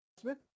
Smith